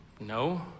No